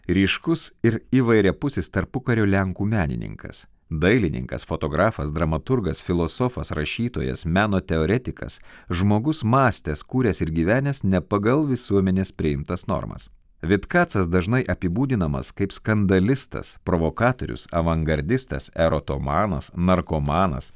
ryškus ir įvairiapusis tarpukario lenkų menininkas dailininkas fotografas dramaturgas filosofas rašytojas meno teoretikas žmogus mąstęs kūręs ir gyvenęs ne pagal visuomenės priimtas normas vitkacas dažnai apibūdinamas kaip skandalistas provokatorius avangardistas erotomanas narkomanas